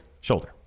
Shoulder